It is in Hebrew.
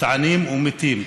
מתענים ומתים.